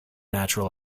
natural